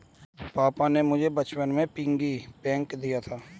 पापा ने मुझे बचपन में पिग्गी बैंक दिया था